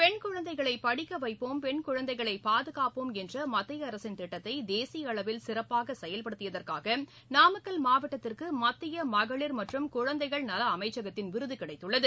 பெண் குழந்தைகளை படிக்க வைப்போம் பெண் குழந்தைகளை பாதுகாப்போம் என்ற மத்திய அரசின் திட்டத்தை தேசிய அளவில் சிறப்பாக செயல்படுத்தியதற்காக நாமக்கல் மாவட்டத்திற்கு மத்திய மகளிர் மற்றும் குழந்தைகள் நல அமைச்சகத்தின் விருது கிடைத்துள்ளது